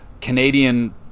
Canadian